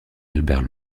albert